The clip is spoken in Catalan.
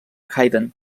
haydn